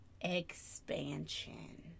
expansion